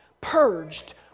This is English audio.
purged